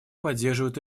поддерживают